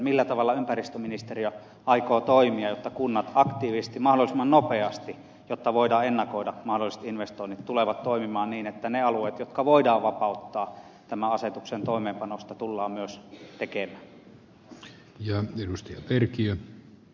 millä tavalla ympäristöministeriö aikoo toimia jotta kunnat aktiivisesti mahdollisimman nopeasti jotta voidaan ennakoida mahdolliset investoinnit tulevat toimimaan niin että ne alueet jotka voidaan vapauttaa tämän asetuksen toimeenpanosta myös vapautetaan